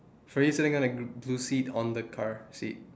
free sitting on the blue seat on the car seat